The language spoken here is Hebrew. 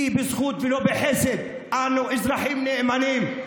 כי בזכות ולא בחסד אנו אזרחים נאמנים,